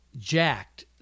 jacked